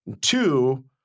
Two